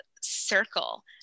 circle